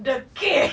the cave